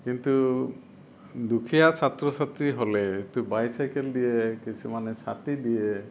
কিন্তু দুখীয়া ছাত্ৰ ছাত্ৰী হ'লে এইটো বাইচাইকেল দিয়ে কিছুমানে ছাতি দিয়ে